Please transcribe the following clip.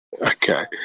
Okay